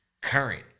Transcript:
current